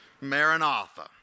Maranatha